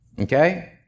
Okay